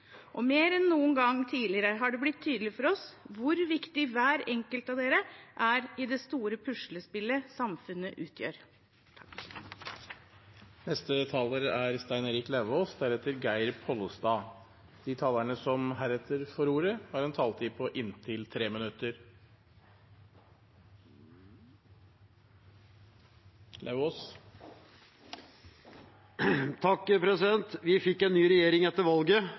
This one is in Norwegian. Mer enn noen gang tidligere har det blitt tydelig for oss hvor viktig hver enkelt av dem er i det store puslespillet samfunnet utgjør. De talerne som heretter får ordet, har en taletid på inntil 3 minutter. Vi fikk en ny regjering etter valget,